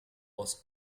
was